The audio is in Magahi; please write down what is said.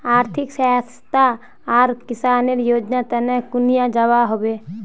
आर्थिक सहायता आर किसानेर योजना तने कुनियाँ जबा होबे?